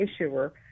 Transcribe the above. issuer